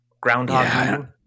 groundhog